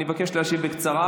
אני מבקש להשיב בקצרה,